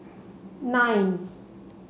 nine